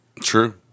True